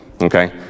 okay